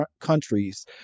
countries